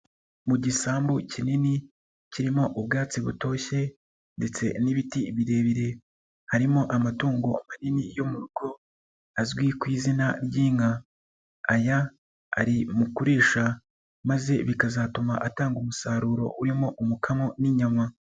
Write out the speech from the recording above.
Mu gisambu kinini kirimo ubwatsi butoshye ndetse n'ibiti birebire, harimo amatungo manini yo mu rugo azwi ku izina ry'inka, aya ari mu kurisha maze bikazatuma atanga umusaruro urimo umukamo n'inyama.